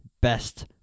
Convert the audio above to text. best